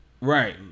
Right